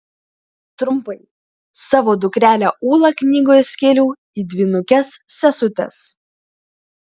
trumpai savo dukrelę ūlą knygoje skėliau į dvynukes sesutes